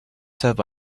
served